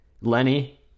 lenny